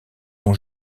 ont